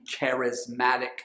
charismatic